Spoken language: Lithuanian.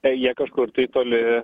tai jie kažkur tai toli